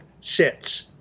sits